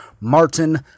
Martin